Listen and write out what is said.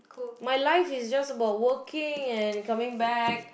my life is just about working and coming back